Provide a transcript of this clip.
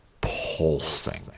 pulsing